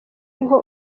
uriho